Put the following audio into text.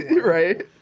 Right